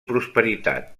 prosperitat